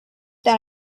that